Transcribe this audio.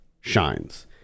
shines